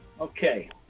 Okay